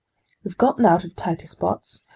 we've gotten out of tighter spots.